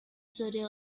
studio